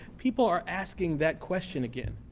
people are asking that question again.